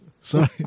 Sorry